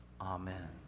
Amen